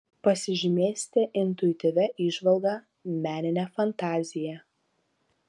pasižymėsite intuityvia įžvalga menine fantazija